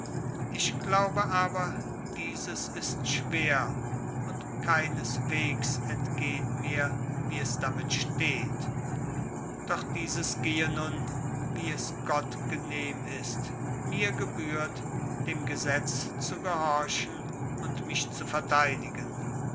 ich glaube aber dieses ist schwer und keineswegs entgeht mir wie es damit steht doch dieses gehe nun wie es gott genehm ist mir gebührt dem gesetz zu gehorchen und mich zu verteidigen